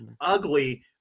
ugly